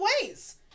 ways